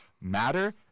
matter